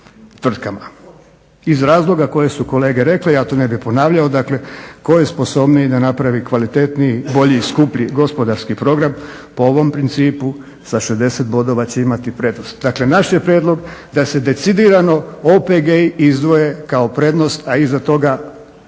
Iz razloga koje su kolege rekle, ja to ne bih ponavljao, dakle tko je sposobniji da napravi kvalitetniji, bolji, skuplji gospodarski program po ovom principu sa 60 bodova će imati prednost. Dakle, naš je prijedlog da se decidirano OPG-i izdvoje kao prednost, a iza toga